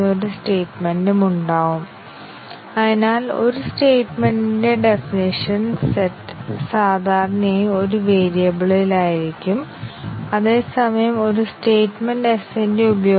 അതിനാൽ പ്രോഗ്രാമിലൂടെയുള്ള ഏതൊരു പാത്തും മറ്റ് ഇൻഡിപെൻഡെന്റ് പാത്തുകളിൽ ഉൾപ്പെടുത്തിയിട്ടില്ലാത്ത ഒരു പുതിയ എഡ്ജ് എങ്കിലും ഞങ്ങൾ അതിനെ ഒരു ഇൻഡിപെൻഡെന്റ് പാത്ത് എന്ന് വിളിക്കും